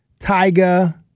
Tyga